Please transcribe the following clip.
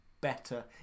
better